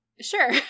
Sure